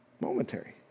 Momentary